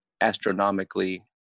astronomically